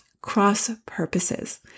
cross-purposes